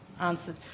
answered